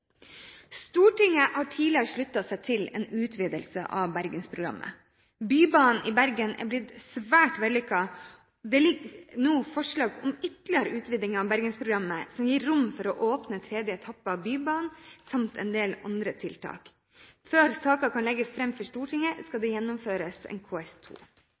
Stortinget har tidligere sluttet seg til en utvidelse av Bergensprogrammet. Bybanen i Bergen er blitt svært vellykket. Det ligger nå forslag om ytterligere utviding av Bergensprogrammet, som gir rom for å åpne tredje etappe av Bybanen, samt en del andre tiltak. Før saken kan legges fram for Stortinget, skal det gjennomføres en